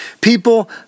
People